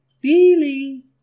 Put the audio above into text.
Billy